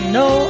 no